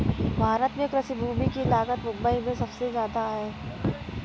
भारत में कृषि भूमि की लागत मुबई में सुबसे जादा है